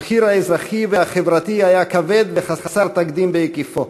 המחיר האזרחי והחברתי היה כבד וחסר תקדים בהיקפו,